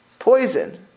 Poison